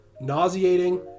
nauseating